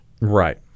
Right